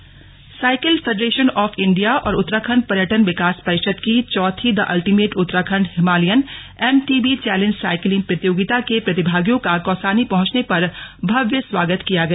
mountain biking cycle federation of India और उत्तराखंड पर्यटन विकास परिषद की चौथी the ultimate Uttarakhand Himalayan MTB challenge cycling प्रतियोगिता के प्रतिभागियों का कौसानी पहंचने पर भव्य स्वागत किया गया